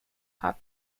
hop